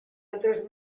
otros